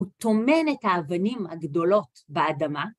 הוא טומן את האבנים הגדולות באדמה